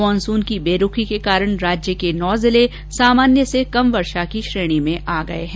monsoon की बेरूखी के कारण राज्य के नौ जिले सामान्य से कर्म वर्षा की श्रेणी में आ गये हैं